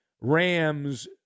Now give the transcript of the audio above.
Rams